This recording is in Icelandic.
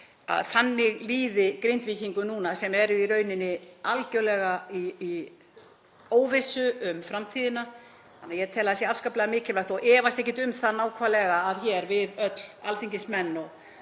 þannig líði Grindvíkingum núna sem eru í rauninni algerlega í óvissu um framtíðina. Ég tel að það sé afskaplega mikilvægt og efast ekkert um það að við öll, alþingismenn og